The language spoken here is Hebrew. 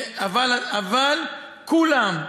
אבל כולם,